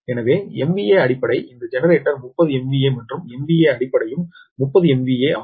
எனவே MVA அடிப்படை இந்த ஜெனரேட்டர் 30 MVA மற்றும் MVA அடிப்படையும் 30 MVA ஆகும்